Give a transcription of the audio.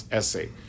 essay